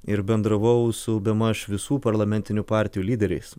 ir bendravau su bemaž visų parlamentinių partijų lyderiais